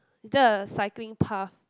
is there a cycling path